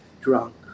drunk